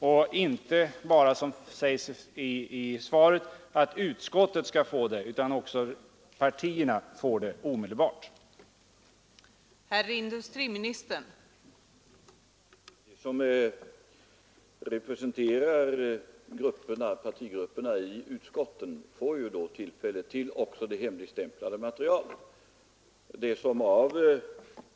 Det kan inte få vara som det sägs i slutet av inrikesministerns svar, att bara utskottet skall få ta del av materialet, utan det måste även gälla de olika partigrupperna.